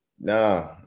Nah